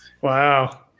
Wow